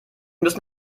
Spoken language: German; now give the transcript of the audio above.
müssen